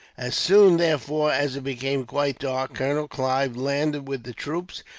as soon, therefore, as it became quite dark, colonel clive landed with the troops,